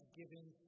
giving